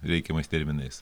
reikiamais terminais